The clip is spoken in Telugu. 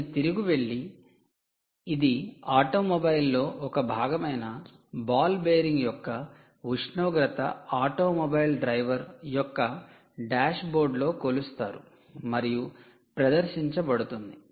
నేను తిరిగి వెళ్లి ఇది ఆటోమొబైల్లో ఒక భాగమైన బాల్ బేరింగ్ యొక్క ఉష్ణోగ్రత ఆటోమొబైల్ డ్రైవర్ యొక్క డాష్బోర్డ్లో కొలుస్తారు మరియు ప్రదర్శించబడుతుంది